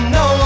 no